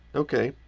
ok,